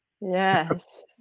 Yes